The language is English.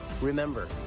Remember